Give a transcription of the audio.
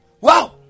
wow